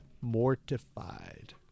mortified